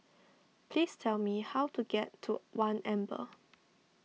please tell me how to get to one Amber